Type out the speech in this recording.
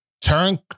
Turn